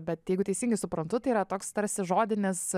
bet jeigu teisingai suprantu tai yra toks tarsi žodinis